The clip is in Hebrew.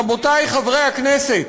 רבותי חברי הכנסת,